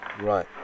Right